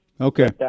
okay